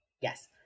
Yes